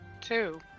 Two